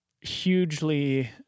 hugely